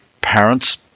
parents